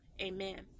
Amen